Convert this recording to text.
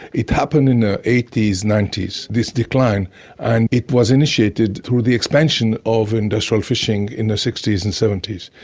it happened in the eighty s, ninety s this decline and it was initiated through the expansion of indusial fishing in the sixty s and seventy s.